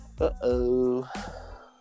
Uh-oh